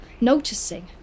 noticing